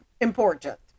important